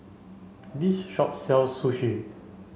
this shop sells Sushi